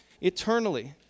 eternally